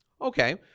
okay